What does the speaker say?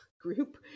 group